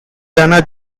dana